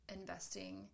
investing